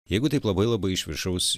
jeigu taip labai labai iš viršaus